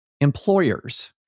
employers